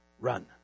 run